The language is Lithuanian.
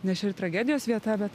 nes čia ir tragedijos vieta bet